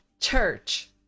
church